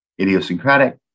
idiosyncratic